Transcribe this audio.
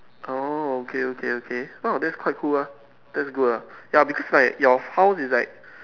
oh okay okay okay !wow! that's quite cool ah that's quite good ah because your house is like